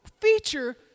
feature